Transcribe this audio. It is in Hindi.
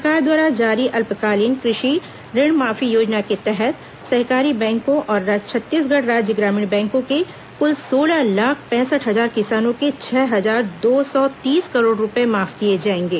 सरकार द्वारा जारी अल्पकालीन कृषि ऋण माफी योजना के तहत सहकारी बैंकों और छत्तीसगढ़ राज्य ग्रामीण बैंकों के कल सोलह लाख पैंसठ हजार किसानों के छह हजार दो सौ तीस करोड़ रूपये माफ किए जाएंगे